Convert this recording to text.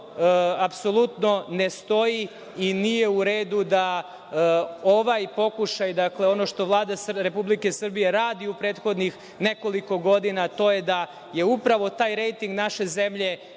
Apsolutno ne stoji i nije u redu da ovaj pokušaj. Dakle, ono što Vlada Republike Srbije radi u prethodnih nekoliko godina, a to je da upravo taj rejting naše zemlje